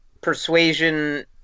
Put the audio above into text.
Persuasion